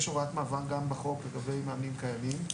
וישנן הוראות מעבר בחוק לגבי מאמנים קיימים.